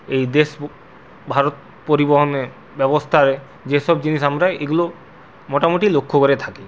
এই দেশ ভারত পরিবহনের ব্যবস্থায় যে সব জিনিস আমরা এগুলো মোটামুটি লক্ষ্য করে থাকি